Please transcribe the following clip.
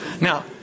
Now